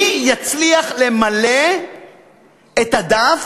מי יצליח למלא את הדף,